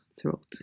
throat